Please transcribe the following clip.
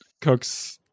cooks